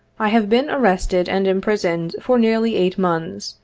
i have been arrested and imprisoned for nearly eight months,